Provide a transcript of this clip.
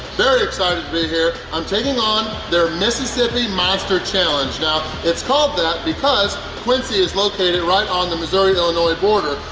very excited to be here. i'm taking on their mississippi monster challenge. now, it's called that because quincy is located right on the missouri illinois border,